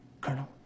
colonel